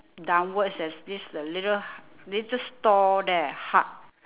downwards there's this a little little store there hut